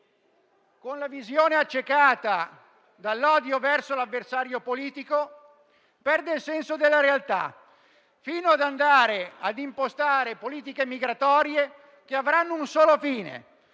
con la visione accecata dall'odio verso l'avversario politico, perde il senso della realtà fino ad andare a impostare politiche migratorie che avranno un solo fine,